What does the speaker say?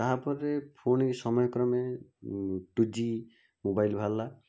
ତାହାପରେ ପୁଣି ସମୟକ୍ରମେ ଟୁ ଜି ମୋବାଇଲ୍ ବାହାରିଲା